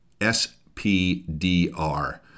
SPDR